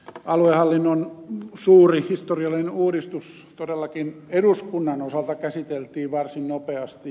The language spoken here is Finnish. aluehallinnon suuri historiallinen uudistus todellakin eduskunnan osalta käsiteltiin varsin nopeasti